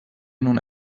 non